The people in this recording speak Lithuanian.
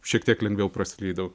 šiek tiek lengviau praslydau